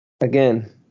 again